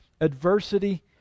adversity